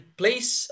place